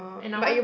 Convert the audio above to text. and I want